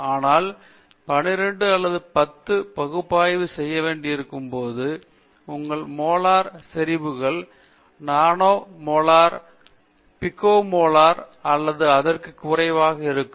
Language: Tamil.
ஆனால் 12 அல்லது 10 பகுப்பாய்வு செய்ய வேண்டியிருக்கும் போது உங்கள் மோலார் செறிவுகள் நானோ மோலார் பிகோ மோலார் அல்லது அதற்கும் குறைவாக இருக்கும்